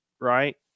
right